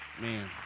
Man